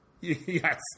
Yes